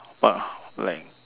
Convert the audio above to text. !wah! like